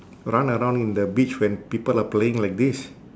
run around in the beach when people are playing like this